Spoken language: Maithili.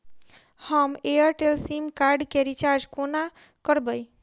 हम एयरटेल सिम कार्ड केँ रिचार्ज कोना करबै?